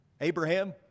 Abraham